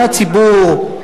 מהציבור,